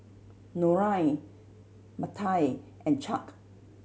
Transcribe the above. Norine Mattye and Chuck